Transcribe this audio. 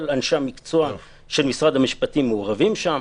כל אנשי המקצוע של משרד המשפטים מעורבים שם.